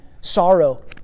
sorrow